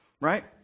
right